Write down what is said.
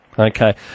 Okay